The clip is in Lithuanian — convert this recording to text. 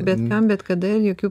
bet kam bet kada ir jokių